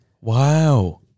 wow